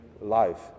life